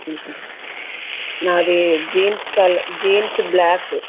నాది jeans colour jeans black